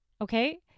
Okay